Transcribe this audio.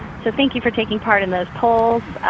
so thank you for taking part in those polls.